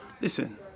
listen